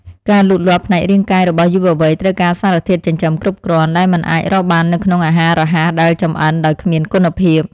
ការលូតលាស់ផ្នែករាងកាយរបស់យុវវ័យត្រូវការសារធាតុចិញ្ចឹមគ្រប់គ្រាន់ដែលមិនអាចរកបាននៅក្នុងអាហាររហ័សដែលចម្អិន ដោយគ្មានគុណភាព។